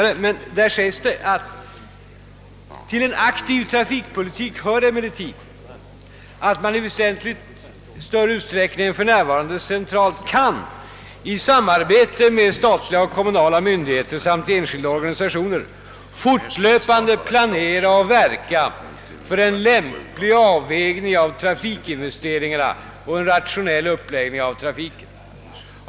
Där sägs: »Till en aktiv trafikpolitik hör emellertid, att man i väsentligt större utsträckning än för närvarande centralt kan — i samarbete med statliga och kommunala myndigheter samt enskilda organisationer — fortlöpande planera och verka för lämplig avvägning av trafikinvesteringarna och en rationell uppläggning av trafiken.